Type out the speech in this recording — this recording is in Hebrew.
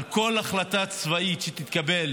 כל החלטה צבאית שתתקבל